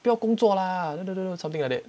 不要工作 lah something like that